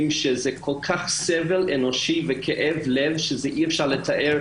שנגרם להם סבל אנושי וכאב לב שאי אפשר לתאר.